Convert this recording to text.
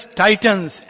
titans